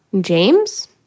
James